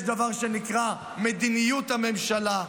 יש דבר שנקרא מדיניות הממשלה.